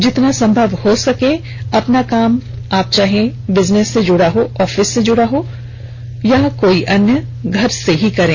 जितना संभव हो सके आप अपना काम चाहे बिजनेस से जुड़ा हो ऑफिस से जुड़ा हो अपने घर से ही करें